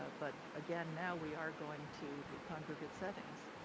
ah but again now we are going to the congregate settings.